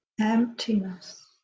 emptiness